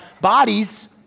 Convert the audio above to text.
bodies